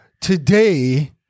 today